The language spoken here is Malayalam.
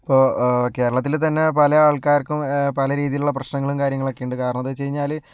ഇപ്പോൾ കേരളത്തിൽ തന്നെ പല ആൾക്കാർക്കും പല രീതിയിലുള്ള പ്രശ്നങ്ങളും കാര്യങ്ങളൊക്കെ ഉണ്ട് കാരണം എന്താണെന്ന് വെച്ച് കഴിഞ്ഞാൽ